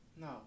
No